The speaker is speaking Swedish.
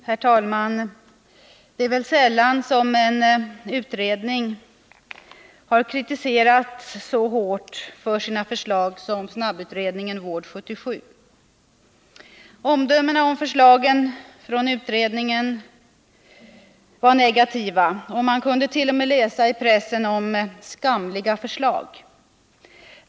Herr talman! Det är väl sällan som en utredning har kritiserats så hårt för sina förslag som snabbutredningen Vård 77. Omdömena om förslagen från utredningen var negativa, och man kunde t.o.m. läsa i pressen om ”skamliga förslag”.